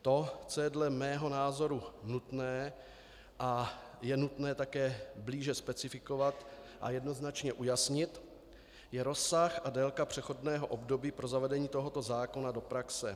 To, co je dle mého názoru nutné a je nutné také blíže specifikovat a jednoznačně ujasnit, je rozsah a délka přechodného období pro zavedení tohoto zákona do praxe.